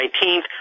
19th